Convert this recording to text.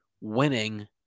winning